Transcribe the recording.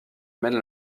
mènent